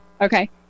Okay